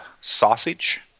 sausage